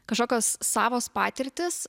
kažkokios savos patirtys